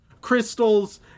crystals